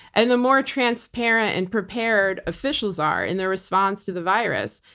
and the more transparent and prepared officials are in their response to the virus,